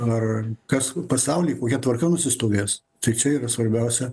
ar kas pasauly kokia tvarka nusistovės tai čia yra svarbiausia